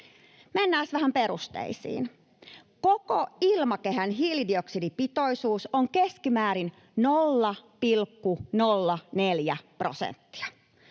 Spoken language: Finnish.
Mennäänpäs vähän perusteisiin: Koko ilmakehän hiilidioksidipitoisuus on keskimäärin 0,04 prosenttia.